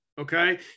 okay